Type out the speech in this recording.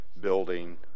building